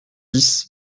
dix